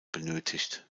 benötigt